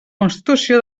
constitució